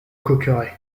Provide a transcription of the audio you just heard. coqueret